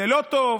זה לא טוב,